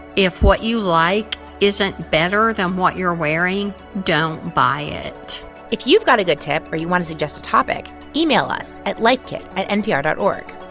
if what you like isn't better than what you're wearing, don't buy it if you've got a good tip or you want to suggest a topic, email us at lifekit at npr dot o